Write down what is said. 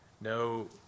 No